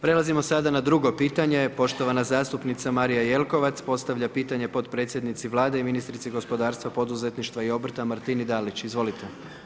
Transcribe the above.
Prelazimo sada na 2 pitanje, poštovana zastupnica Marija Jelkovac, postavlja pitanje potpredsjednici Vlade i ministrici gospodarstva poduzetništva i obrta Martini Dalić, izvolite.